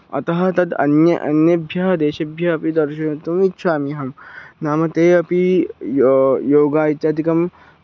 अतः तद् अन्ये अन्येभ्यः देशेभ्यः अपि दर्शयितुम् इच्छामि अहं नाम ते अपि यः योगः इत्यादिकं